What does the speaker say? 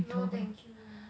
no thank you man